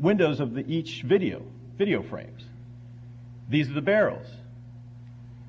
windows of the each video video frames these are barrels